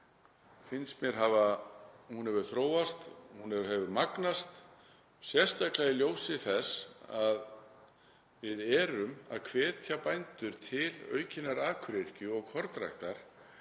finnst mér hafa þróast, hún hefur magnast, sérstaklega í ljósi þess að við erum að hvetja bændur til aukinnar akuryrkju og kornræktar